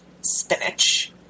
spinach